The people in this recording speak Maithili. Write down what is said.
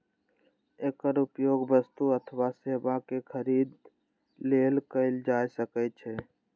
एकर उपयोग वस्तु अथवा सेवाक खरीद लेल कैल जा सकै छै